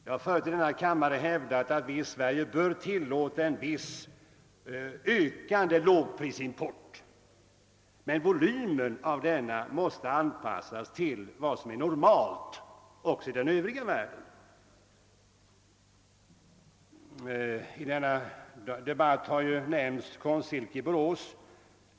Jag har förut i denna kammare hävdat att vi i Sverige bör tillåta en viss ökande lågprisimport, men volymen av denna måste anpassas till vad som är normalt också i den övriga världen. I denna debatt har nämnts Konstsilke i Borås.